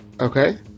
Okay